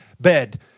bed